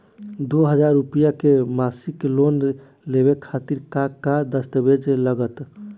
दो हज़ार रुपया के मासिक लोन लेवे खातिर का का दस्तावेजऽ लग त?